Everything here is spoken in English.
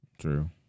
True